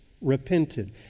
repented